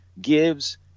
gives